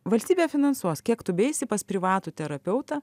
valstybė finansuos kiek tu beeisi pas privatų terapeutą